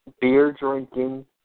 beer-drinking